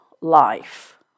life